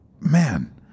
man